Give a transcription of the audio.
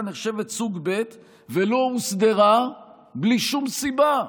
נחשבת סוג ב' ולא הוסדרה בלי שום סיבה".